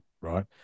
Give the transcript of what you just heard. right